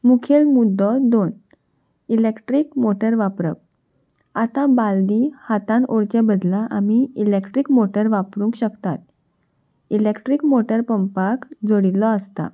मुखेल मुद्दो दोन इलेक्ट्रीक मोटर वापरप आतां बालदी हातान ओडचें बदला आमी इलेक्ट्रीक मोटर वापरूंक शकतात इलेक्ट्रीक मोटर पंपाक जोडिल्लो आसता